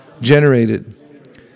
generated